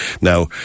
Now